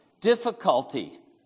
Difficulty